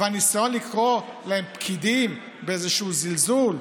הניסיון לקרוא להם פקידים באיזשהו זלזול,